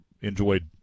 enjoyed